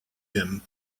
him